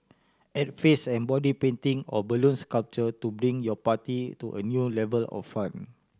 add face and body painting or balloon sculpture to bring your party to a new level of fun